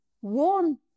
one